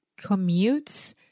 commutes